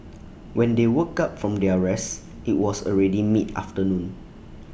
when they woke up from their rest IT was already mid afternoon